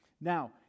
Now